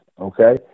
okay